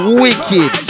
wicked